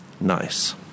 Nice